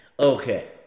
Okay